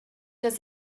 does